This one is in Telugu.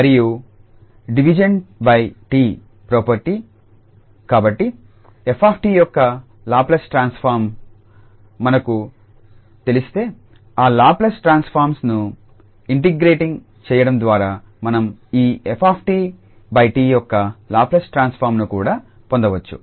మరియు division by 𝑡 property division by 𝑡కాబట్టి f𝑡 యొక్క లాప్లేస్ ట్రాన్స్ఫార్మ్ మనకు తెలిస్తే ఆ లాప్లేస్ ట్రాన్స్ఫార్మ్ను ఇంటిగ్రేటింగ్ చేయడం ద్వారా మనం ఈ 𝑓𝑡𝑡 యొక్క లాప్లేస్ ట్రాన్స్ఫార్మ్ను కూడా పొందవచ్చు